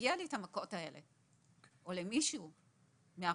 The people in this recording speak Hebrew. מגיע לי את המכות האלה, או למישהו מהרופאים,